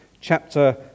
chapter